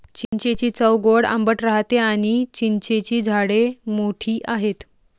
चिंचेची चव गोड आंबट राहते आणी चिंचेची झाडे मोठी आहेत